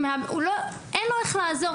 אין להם איך לעזור.